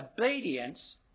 obedience